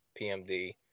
PMD